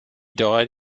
died